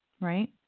Right